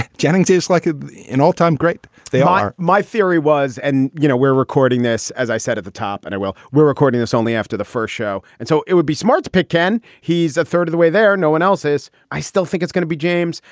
jennings is like ah an all-time. great. they are. my theory was and you know, we're recording this, as i said, at the top. and well, we're recording this only after the first show. and so it would be smart to pick. ken? he's a third of the way there, no one else's. i still think it's going to be james.